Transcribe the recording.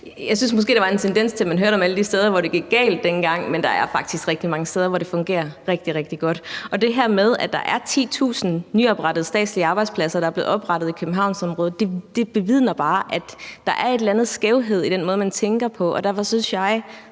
Jeg synes måske, der var en tendens til, at man hørte om alle de steder, hvor det gik galt dengang, men der er faktisk rigtig mange steder, hvor det fungerer rigtig, rigtig godt. Det her med, at der er 10.000 nyoprettede statslige arbejdspladser i Københavnsområdet, bevidner bare, at der er en eller anden skævhed i den måde, man tænker på. Og derfor synes jeg